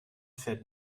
fährt